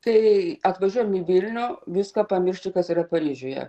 kai atvažiuojam į vilnių viską pamiršti kas yra paryžiuje